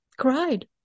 cried